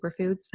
superfoods